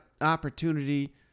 opportunity